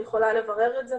אני יכולה לברר את זה,